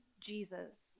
Jesus